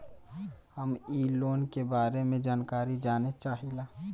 हम इ लोन के बारे मे जानकारी जाने चाहीला?